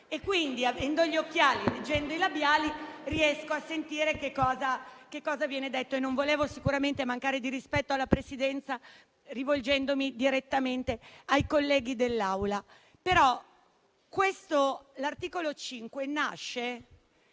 commenti. Avendo gli occhiali e leggendo i labiali, riesco a capire che cosa viene detto. Non volevo sicuramente mancare di rispetto alla Presidenza rivolgendomi direttamente ai colleghi dell'Aula. L'articolo 5 nasce